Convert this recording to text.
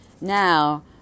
now